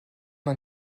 man